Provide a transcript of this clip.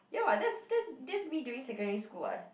ya what that's that's that's me during secondary school [what]